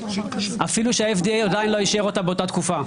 אפילו שה-FDA עדיין לא אישר אותה באותה תקופה.